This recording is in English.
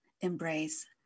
embrace